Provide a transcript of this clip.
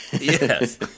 Yes